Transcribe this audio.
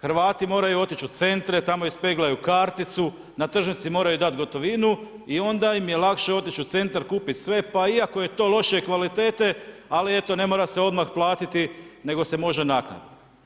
Hrvati moraju otići u centre, tamo ispeglaju karticu, na tržnici moraju dati gotovinu i onda im je lakše otići u centar, kupit sve pa iako je to lošije kvalitete ali eto, ne mora se odmah platiti nego se može naknadno.